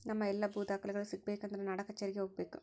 ನಮ್ಮ ಎಲ್ಲಾ ಭೂ ದಾಖಲೆಗಳು ಸಿಗಬೇಕು ಅಂದ್ರ ನಾಡಕಛೇರಿಗೆ ಹೋಗಬೇಕು